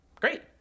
Great